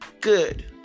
good